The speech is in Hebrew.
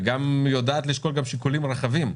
ויודעת גם לשקול שיקולים רחבים,